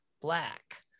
black